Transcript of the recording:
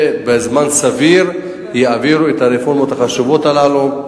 ובזמן סביר יעבירו את הרפורמות החשובות הללו,